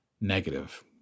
negative